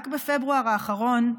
רק בפברואר האחרון,